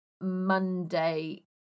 Monday